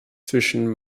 zwischen